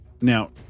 now